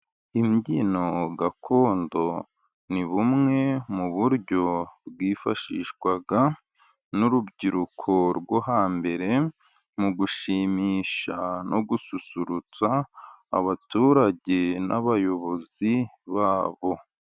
Imbyino gakondo ni bumwe mu buryo bwifashishwaga n'urubyiruko rwo hambere, mu gushimisha no gususurutsa abaturage n'abayobozi babo.